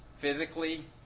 physically